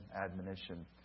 admonition